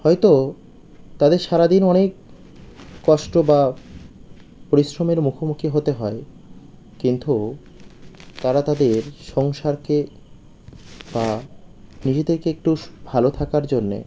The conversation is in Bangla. হয়তো তাদের সারা দিন অনেক কষ্ট বা পরিশ্রমের মুখোমুখি হতে হয় কিন্তু তারা তাদের সংসারকে বা নিজেদেরকে একটু স্ ভালো থাকার জন্যে